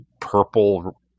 purple